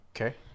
Okay